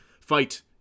fight